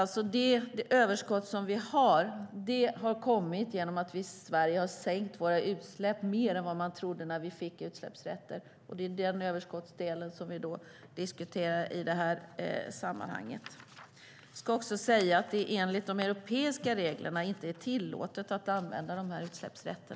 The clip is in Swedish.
Vårt överskott har kommit genom att vi i Sverige har sänkt våra utsläpp mer än vad man trodde när vi fick våra utsläppsrätter, och det är alltså denna överskottsdel vi diskuterar i detta sammanhang. Jag ska också säga att det enligt de europeiska reglerna inte är tillåtet att använda dessa utsläppsrätter.